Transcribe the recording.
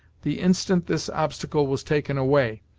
the instant this obstacle was taken away,